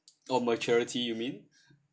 oh maturity you mean